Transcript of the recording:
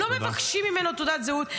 לא מבקשים ממנו תעודת זהות.